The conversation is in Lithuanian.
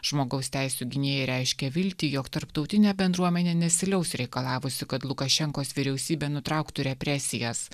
žmogaus teisių gynėjai reiškia viltį jog tarptautinė bendruomenė nesiliaus reikalavusi kad lukašenkos vyriausybė nutrauktų represijas